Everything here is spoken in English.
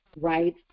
right